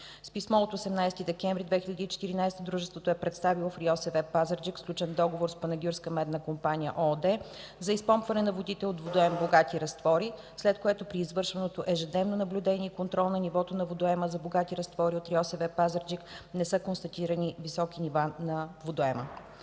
С писмо от 18 декември 2014 г. дружеството е представило в РИОСВ – Пазарджик, сключен договор с „Панагюрска медна компания” ООД за изпомпване на водите от водоем „богати разтвори”, след което при извършваното ежедневно наблюдение и контрол на нивото на водоема за „богати разтвори” от РИОСВ - Пазарджик, не са констатирани високи нива на водоема.